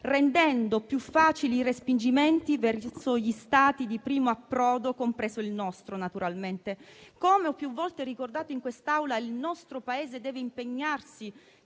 rendendo più facili i respingimenti verso gli Stati di primo approdo, compreso il nostro naturalmente. Come ho più volte ricordato in quest'Aula, il nostro Paese deve impegnarsi